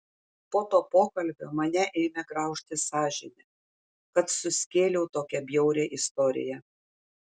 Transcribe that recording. po to pokalbio mane ėmė graužti sąžinė kad suskėliau tokią bjaurią istoriją